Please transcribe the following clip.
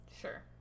Sure